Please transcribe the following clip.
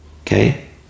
okay